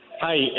Hi